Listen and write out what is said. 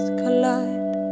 collide